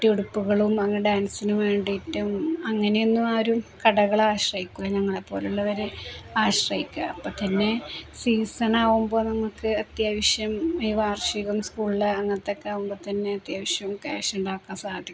കുട്ടിയുടുപ്പുകളും അങ്ങനെ ഡാൻസിനു വേണ്ടിയിട്ടും അങ്ങനെയൊന്നും ആരും കടകളാശ്രയിക്കുകയില്ല ഞങ്ങളെ പോലുള്ളവരെയാണ് ആശ്രയിക്കുക അപ്പോള്ത്തന്നെ സീസണാകുമ്പോള് നമുക്ക് അത്യാവശ്യം ഈ വാർഷികം സ്കൂളില് അങ്ങനത്തെയൊക്കെ ആവുമ്പോള് തന്നെ അത്യാവശ്യം ക്യാഷ് ഉണ്ടാക്കാൻ സാധിക്കും